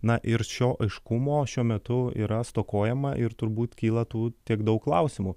na ir šio aiškumo šiuo metu yra stokojama ir turbūt kyla tų tiek daug klausimų